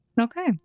Okay